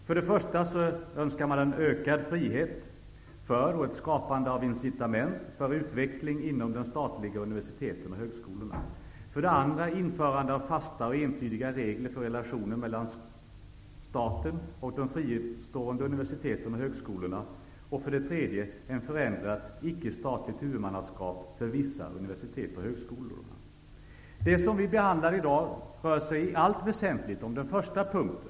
För det första önskar man en ökad frihet för och ett skapande av incitament för utveckling inom de statliga universiteten och högskolorna, för det andra införande av fasta och entydiga regler för relationerna mellan staten och de fristående universiteten och högskolorna och för det tredje ett förändrat, icke statligt huvudmannaskap för vissa universitet och högskolor. Det som vi debatterar i dag rör sig i allt väsentligt om den första punkten.